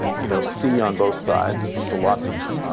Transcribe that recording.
you know sea on both sides. so lots of